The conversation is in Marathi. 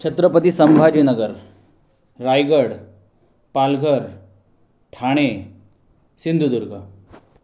छत्रपती संभाजीनगर रायगड पालघर ठाणे सिंधुदुर्ग